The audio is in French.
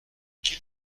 qui